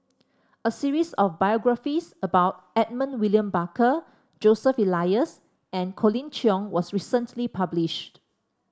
a series of biographies about Edmund William Barker Joseph Elias and Colin Cheong was recently published